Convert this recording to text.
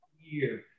year